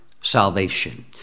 salvation